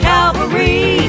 Calvary